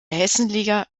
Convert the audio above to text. hessenliga